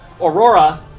Aurora